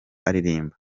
aririmba